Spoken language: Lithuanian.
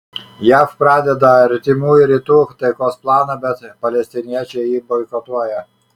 jav pradeda artimųjų rytų taikos planą bet palestiniečiai jį boikotuoja